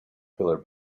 pillar